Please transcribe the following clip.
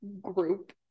group